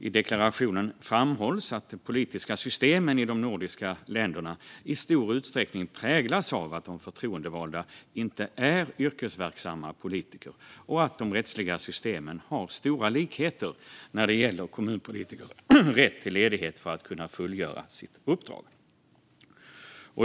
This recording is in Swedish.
I deklarationen framhålls att de politiska systemen i de nordiska länderna i stor utsträckning präglas av att de förtroendevalda inte är yrkesverksamma politiker och att de rättsliga systemen har stora likheter när det gäller kommunpolitikers rätt till ledighet för att fullgöra sitt uppdrag.